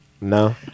no